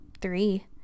three